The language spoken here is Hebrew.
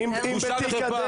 בושה וחרפה.